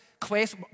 quest